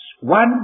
One